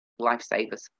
lifesavers